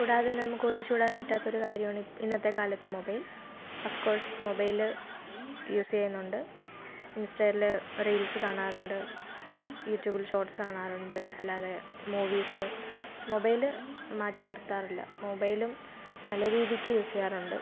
കൂടാതെ തന്നെ നമുക്ക് ഒഴിച്ച് കൂടാൻ പറ്റാത്ത ഒരു കാര്യമാണ് ഇന്നത്തെ കാലത്ത് mobile of course mobile use ചെയ്യുന്നുണ്ട് ഇൻസ്റ്റയിൽ റീൽസ് കാണാറുണ്ട് യൂട്യൂബിൽ ഷോർട്ട്സ് കാണാറുണ്ട് അല്ലാതെ മൂവീസ് മൊബൈൽ മാറ്റി നിർത്താറില്ല മൊബൈലും നല്ല രീതിക്ക് യൂസ് ചെയ്യാറുണ്ട്